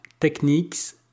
techniques